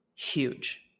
Huge